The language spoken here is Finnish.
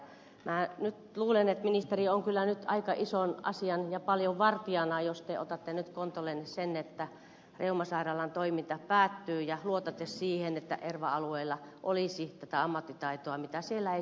minä nyt luulen että ministeri on kyllä aika ison asian ja paljon vartijana jos te otatte nyt kontollenne sen että reumasairaalan toiminta päättyy ja luotatte siihen että erva alueella olisi tätä ammattitaitoa mitä siellä ei selvästi ole